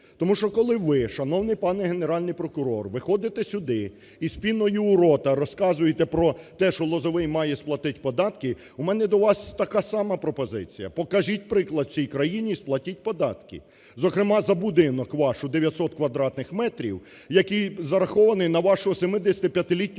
Тому що коли ви, шановний пане Генеральний прокурор, виходите сюди і з піною у рота розказуєте про те, що Лозовой має сплатити податки, у мене до вас така сама пропозиція. Покажіть приклад всій країні і сплатіть податки, зокрема за будинок ваш у дев'ятсот квадратних метрів, який зарахований на вашого 75-літнього